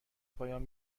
پایان